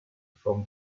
from